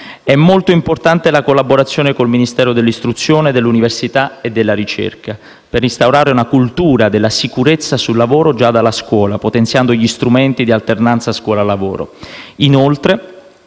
È molto importante la collaborazione con il Ministero dell'istruzione, dell'università e della ricerca per instaurare una cultura della sicurezza sul lavoro già dalla scuola potenziando gli strumenti di alternanza scuola-lavoro.